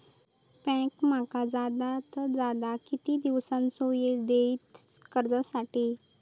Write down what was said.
Bank माका जादात जादा किती दिवसाचो येळ देयीत कर्जासाठी?